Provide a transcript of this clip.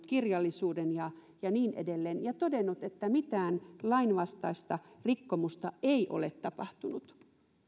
kirjallisuuden ja ja niin edelleen ja todennut että mitään lainvastaista rikkomusta ei ole tapahtunut